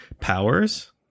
powers